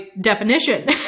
definition